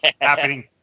happening